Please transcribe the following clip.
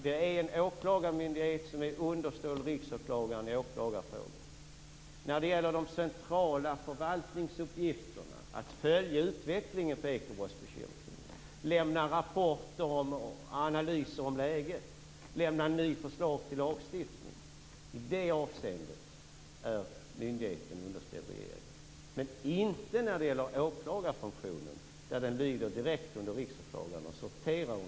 Det är en åklagarmyndighet som är underställd Riksåklagaren i åklagarfrågor. När det gäller de centrala förvaltningsuppgifterna att följa utvecklingen i fråga om ekobrottsbekämpningen, lämna rapporter och analyser om läget samt lämna nya förslag till lagstiftning är myndigheten underställd regeringen. Men så är det inte när det gäller åklagarfunktionen, som sorterar direkt under Riksåklagaren.